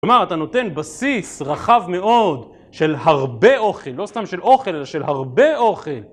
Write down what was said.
כלומר אתה נותן בסיס רחב מאוד של הרבה אוכל, לא סתם של אוכל, אלא של הרבה אוכל